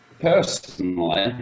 Personally